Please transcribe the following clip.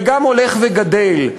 וגם הולך וגדל,